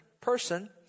person